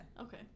Okay